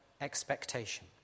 expectation